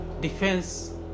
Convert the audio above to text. defense